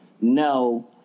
no